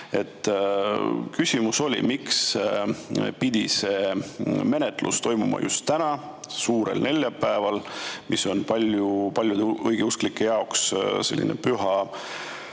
Küsimus on, miks peab see menetlus toimuma just täna, suurel neljapäeval, mis on paljude õigeusklike jaoks selline püha